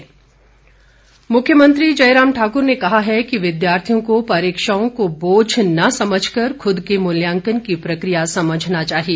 मुख्यमंत्री मुख्यमंत्री जयराम ठाक्र ने कहा है कि विद्यार्थियों को परीक्षाओं को बोझ न समझकर खूद के मुल्यांकन की प्रक्रिया समझना चाहिए